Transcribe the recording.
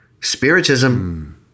Spiritism